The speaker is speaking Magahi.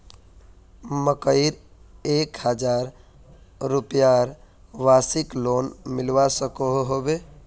मकईर एक हजार रूपयार मासिक लोन मिलवा सकोहो होबे?